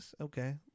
okay